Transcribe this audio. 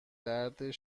درد